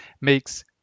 makes